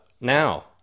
Now